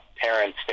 parents